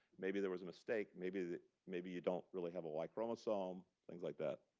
maybe there was a mistake. maybe maybe you don't really have a like y-chromosome, things like that.